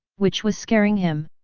which was scaring him!